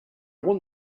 want